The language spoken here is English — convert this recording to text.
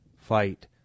fight